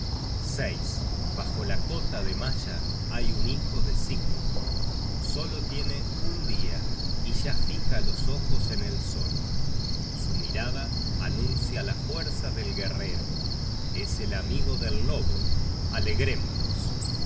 vida bajo la cota de malla hay un hijo de sigmund solo tiene un dia y ya fija los ojos en el sol su mirada anuncia la fuerza del guerrero es el amigo del lobo alegrémonos